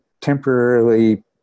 temporarily